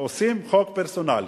עושים חוק פרסונלי.